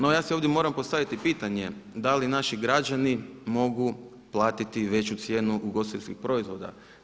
No, ja si ovdje moram postaviti pitanje da li naši građani mogu platiti veću cijenu ugostiteljskih proizvoda?